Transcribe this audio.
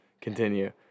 Continue